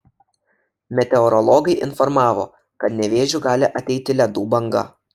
meteorologai informavo kad nevėžiu gali ateiti ledų banga